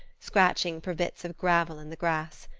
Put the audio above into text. scratching for bits of gravel in the grass.